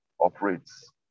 operates